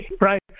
right